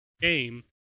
game